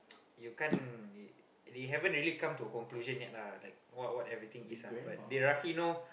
you can't they haven't really come to a conclusion yet lah like what what everything is ah but they roughly know